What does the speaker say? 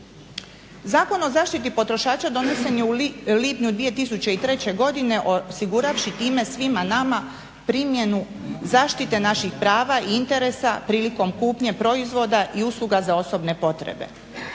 Zakon o zaštiti potrošača donesen je u lipnju 2003. godine osiguravši time svima nama primjenu zaštite naših prava i interesa prilikom kupnje proizvoda i usluga za osobne potrebe.